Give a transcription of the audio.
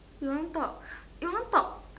you want talk you want talk